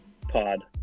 pod